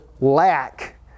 lack